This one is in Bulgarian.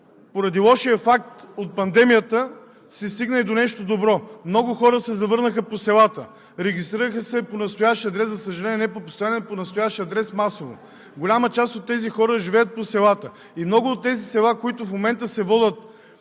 Поради лошия факт от пандемията се стигна и до нещо добро. Много хора се завърнаха по селата, регистрираха се по настоящ адрес, за съжаление, не по постоянен, по настоящ адрес масово. Голяма част от тези хора живеят по селата и много от тези села, които в момента се водят